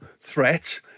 threat